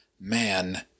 man